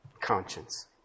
conscience